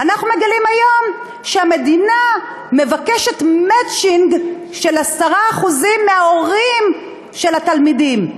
ואנחנו מגלים היום שהמדינה מבקשת מצ'ינג של 10% מההורים של התלמידים,